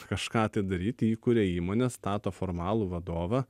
kažką tai daryti įkūria įmonės stato formalų vadovą